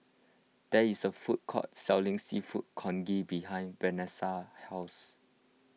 there is a food court selling Seafood Congee behind Vanessa's house